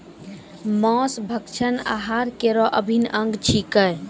मांस भक्षण आहार केरो अभिन्न अंग छिकै